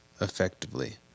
effectively